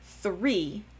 three